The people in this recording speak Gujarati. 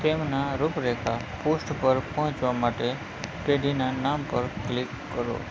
તેમના રૂપરેખા પૃષ્ઠ પર પહોંચવા માટે પેઢીના નામ પર ક્લિક કરો